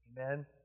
Amen